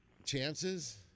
chances